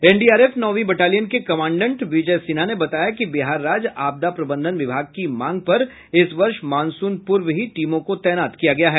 NDRF नौंवी battalion के commandant Vijay Sinha ने बताया कि बिहार राज्य आपदा प्रबंधन विभाग की मांग पर इस वर्ष मॉनसून पूर्व ही टीमों को तैनात किया गया है